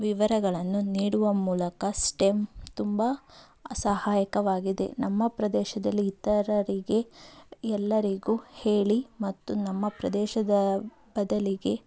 ವಿವರಗಳನ್ನು ನೀಡುವ ಮೂಲಕ ಸ್ಟೆಮ್ ತುಂಬ ಸಹಾಯಕವಾಗಿದೆ ನಮ್ಮ ಪ್ರದೇಶದಲ್ಲಿ ಇತರರಿಗೆ ಎಲ್ಲರಿಗೂ ಹೇಳಿ ಮತ್ತು ನಮ್ಮ ಪ್ರದೇಶದ ಬದಲಿಗೆ